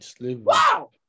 wow